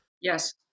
Yes